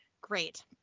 Great